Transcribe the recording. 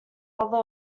other